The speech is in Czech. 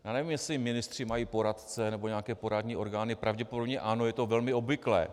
Nevím, jestli ministři mají poradce nebo nějaké poradní orgány, pravděpodobně ano, je to velmi obvyklé.